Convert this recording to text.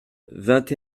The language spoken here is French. vingt